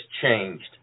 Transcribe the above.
changed